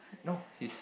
no he's